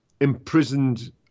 imprisoned